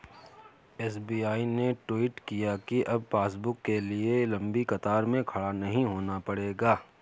SBI ने tweet किया कि अब पासबुक के लिए लंबी कतार में खड़ा नहीं होना पड़ेगा